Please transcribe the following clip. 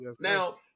Now